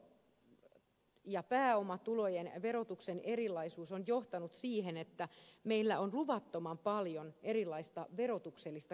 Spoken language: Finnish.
ansio ja pääomatulojen verotuksen erilaisuus on johtanut siihen että meillä on luvattoman paljon erilaista verotuksellista kikkailua